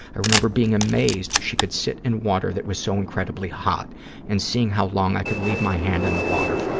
i remember being amazed she could sit in water that was so incredibly hot and seeing how long i could leave my hand in the water,